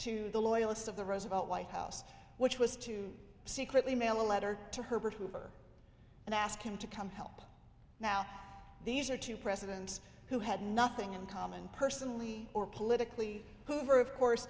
to the loyalists of the roosevelt white house which was to secretly mail a letter to herbert hoover and ask him to come help now these are two presidents who had nothing in common personally or politically hoover of course